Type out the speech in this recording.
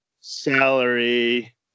salary